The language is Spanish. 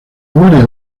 guardia